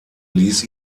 ließ